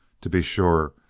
to be sure,